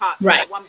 Right